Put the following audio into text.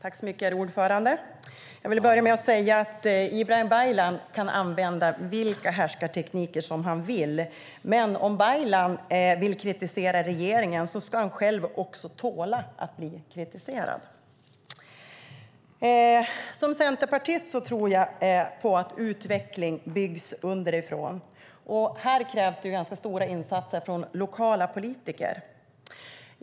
Herr talman! Jag vill börja med att säga att Ibrahim Baylan kan använda vilka härskartekniker han vill, men om Baylan vill kritisera regeringen ska han också själv tåla att bli kritiserad. Som centerpartist tror jag på att utveckling byggs underifrån. Här krävs ganska stora insatser av lokala politiker.